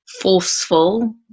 forceful